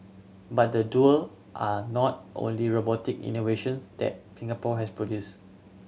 but the duo are not only robotic innovations that Singapore has produced